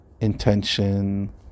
intention